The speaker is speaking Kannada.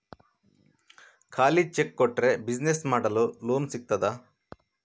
ಖಾಲಿ ಚೆಕ್ ಕೊಟ್ರೆ ಬಿಸಿನೆಸ್ ಮಾಡಲು ಲೋನ್ ಸಿಗ್ತದಾ?